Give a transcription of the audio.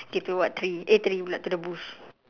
okay to the what tree eh tree pula to the bush